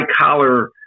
collar